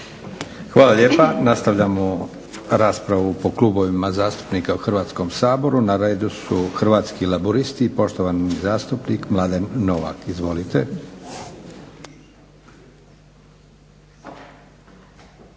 Hvala lijepa. Nastavljamo raspravu po klubovima zastupnika u Hrvatskom saboru. Na redu su Hrvatski laburisti i poštovani zastupnik Mladen Novak. Izvolite.